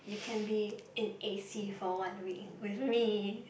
you can be in A_C for one week with me